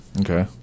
Okay